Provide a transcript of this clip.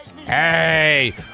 Hey